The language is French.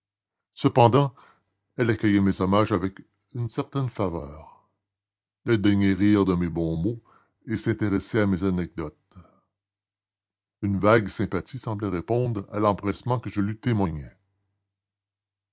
cependant elle accueillait mes hommages avec une certaine faveur elle daignait rire de mes bons mots et s'intéresser à mes anecdotes une vague sympathie semblait répondre à l'empressement que je lui témoignais